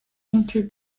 into